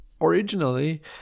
originally